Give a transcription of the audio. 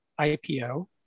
IPO